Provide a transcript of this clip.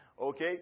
okay